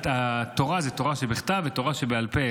התורה זה תורה שבכתב ותורה שבעל פה.